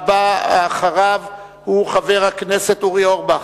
הבא אחריו הוא חבר הכנסת אורי אורבך,